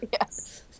Yes